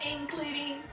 Including